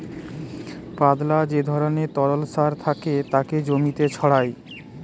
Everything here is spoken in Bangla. পাতলা যে ধরণের তরল সার থাকে তাকে জমিতে ছড়ায়